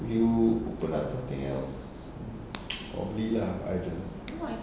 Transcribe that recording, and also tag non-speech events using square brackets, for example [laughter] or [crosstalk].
if you open up something else [noise] probably lah but I don't know